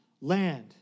Land